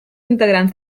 integrants